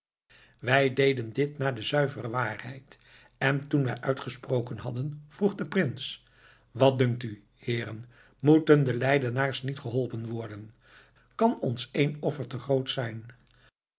wij deden dit naar de zuivere waarheid en toen wij uitgesproken hadden vroeg de prins wat dunkt u heeren moeten de leidenaars niet geholpen worden kan ons één offer te groot zijn